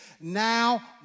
now